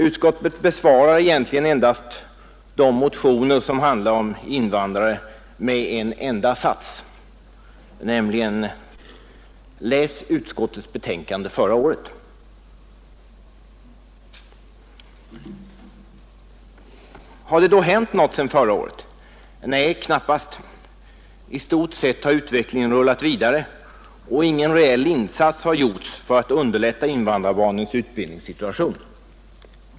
Utskottet besvarar egentligen de motioner som handlar om invandrare med en enda sats: Läs utskottets betänkande förra året! Har det då hänt något sedan förra året? Nej, knappast. I stort sett har utvecklingen rullat vidare, och ingen reell insats har gjorts för att underlätta invandrarbarnens utbildningssituation.